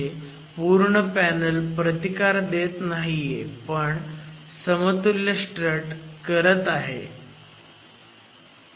म्हणजे पूर्ण पॅनल प्रतिकार करत नाहीये पण समतुल्य स्ट्रट करत आहे